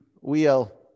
Wheel